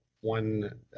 one